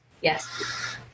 yes